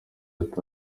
ati